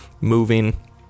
moving